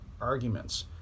arguments